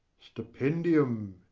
stipendium,